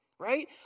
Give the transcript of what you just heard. Right